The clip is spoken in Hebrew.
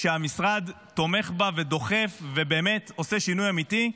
שהמשרד תומך בה ודוחף ובאמת עושה שינוי אמיתי,